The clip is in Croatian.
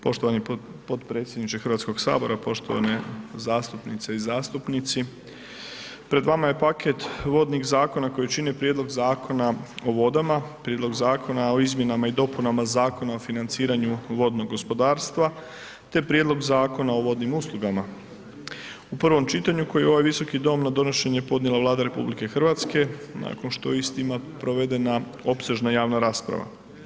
Poštovani potpredsjedniče Hrvatskog sabora, poštovane zastupnice i zastupnici, pred vama je paket vodnih zakona koji čine Prijedlog Zakona o vodama, Prijedlog Zakona o izmjenama i dopunama Zakona o financiranju vodnog gospodarstva te Prijedlog Zakona o vodnim usluga u prvom čitanju, koji je ovaj visoki dom na donošenje podnijela Vlada RH nakon što je istima provedena opsežna javna rasprava.